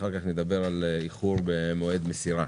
ואחר כך נדבר על איחור במועד מסירה.